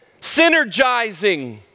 synergizing